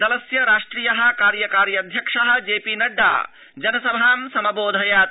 दलस्य राष्ट्रिय कार्यकार्यध्यक्ष जेपी नड़डा जनसभा समबोधयत्